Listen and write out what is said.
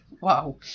Wow